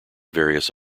various